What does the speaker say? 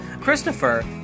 Christopher